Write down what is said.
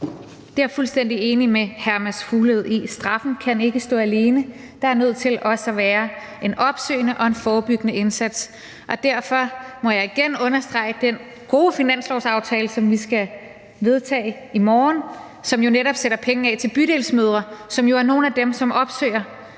er jeg fuldstændig enig med hr. Mads Fuglede i. Straffen kan ikke stå alene. Der er nødt til også at være en opsøgende og en forebyggende indsats. Og derfor må jeg igen understrege den gode finanslovsaftale, som vi skal vedtage i morgen, som jo netop sætter penge af til bydelsmødre, som jo har nogle af dem, som opsøger